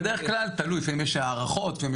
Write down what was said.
לפעמים יש הארכות.